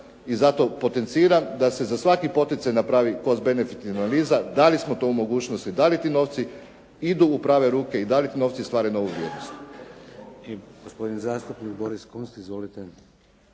i zato potenciram da se za svaki poticaj napravi cos benefit analiza da li smo to u mogućnosti, da li ti novci idu u prave ruke i da li ti novci stvaraju novu vrijednost.